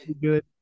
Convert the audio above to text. good